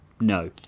no